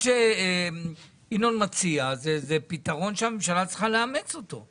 מה שינון מציע זה פתרון שהממשלה צריכה לאמץ אותו.